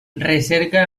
recerca